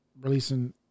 releasing